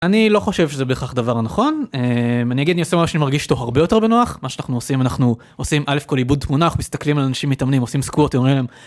אני לא חושב שזה בהכרח הדבר הנכון, אני אגיד שאני מרגיש אותו הרבה יותר בנוח, מה שאנחנו עושים אנחנו עושים אלף כל עיבוד תמונה, מסתכלים על אנשים מתאמנים עושים סקווטים.